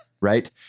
right